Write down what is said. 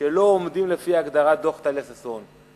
שלא עומדים לפי הגדרת דוח טליה ששון.